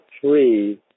three